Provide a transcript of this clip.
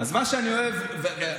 אז מה שאני אוהב בליכוד,